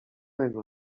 jego